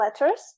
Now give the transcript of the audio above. Letters